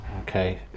Okay